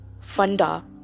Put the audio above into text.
funda